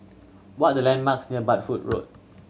what are the landmarks near Road